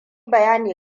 bayani